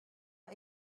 pas